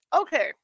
Okay